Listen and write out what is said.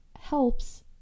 helps